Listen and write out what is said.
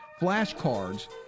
flashcards